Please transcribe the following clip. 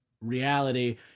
reality